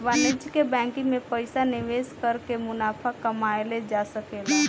वाणिज्यिक बैंकिंग में पइसा निवेश कर के मुनाफा कमायेल जा सकेला